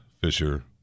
Fisher